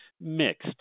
mixed